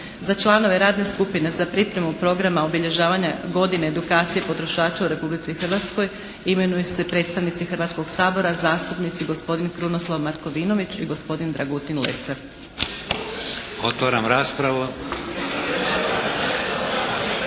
Za članove radne skupine za pripremu Programa obilježavanja godine edukacije potrošača u Republici Hrvatskoj imenuju se predstavnici Hrvatskoga sabora, zastupnici gospodin Krunoslav Markovinović i gospodin Dragutin Lesar. **Šeks,